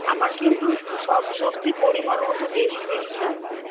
আমার কিন্তু সব সবজি পরিমাণ মতো বেশি বেশি লাগবে